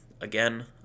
again